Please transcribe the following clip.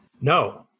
No